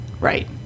Right